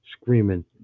screaming